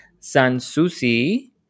Sansusi